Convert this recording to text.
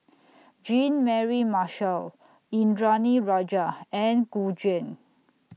Jean Mary Marshall Indranee Rajah and Gu Juan